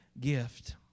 gift